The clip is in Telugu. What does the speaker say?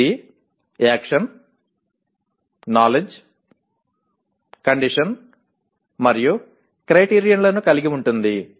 ఇది యాక్షన్ నాలెడ్జి కండిషన్ మరియు క్రైటీరియన్ లను కలిగి ఉంటుంది